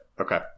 Okay